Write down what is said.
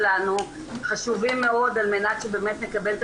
שלנו חשובים מאוד על מנת שבאמת נקבל את